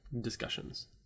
discussions